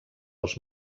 els